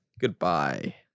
goodbye